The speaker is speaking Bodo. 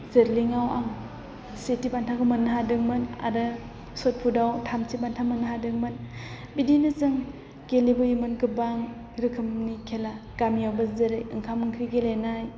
जेभलिनआव सेथि बान्थाखौ मोननो हादोंमोन आरो शटपुटाव थामथि बान्था मोननो हादोंमोन बिदिनो जों गेलेबोयोमोन गोबां रोखोमनि खेला गामियावबो जेरै ओंखाम ओंख्रि गेलेनाय